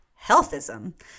healthism